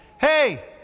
hey